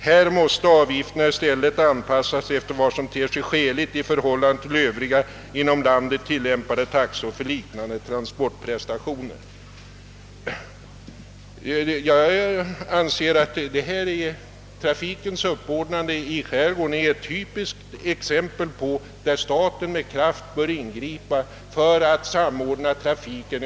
Här måste avgifterna i stället anpassas efter vad som ter sig skäligt i förhållande till övriga inom landet tillämpade taxor för liknande transportprestationer.» Jag anser att trafikens ordnande i skärgården är ett typiskt exempel på när staten med kraft bör ingripa för att samordna trafiken.